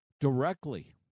directly